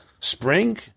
Spring